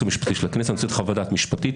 המשפטי של הכנסת אני רוצה חוות דעת משפטית,